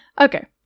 Okay